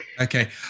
Okay